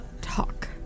talk